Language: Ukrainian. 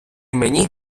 мені